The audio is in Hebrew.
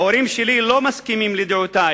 ההורים שלי לא מסכימים לדעותי,